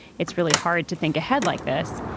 it's really hard to think ahead like this.